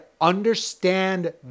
understand